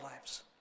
lives